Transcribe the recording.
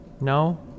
No